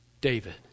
David